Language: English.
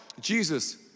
Jesus